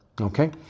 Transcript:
Okay